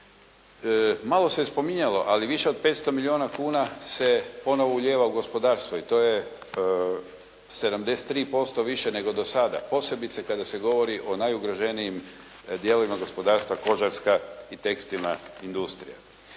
Malo se spominjalo, ali više od 500 milijuna se ponovo ulijeva u gospodarstvo. I to je 73% više nego do sada, posebice kada se govori o najugroženijim dijelovima gospodarstava, kožarska i tekstilna industrija.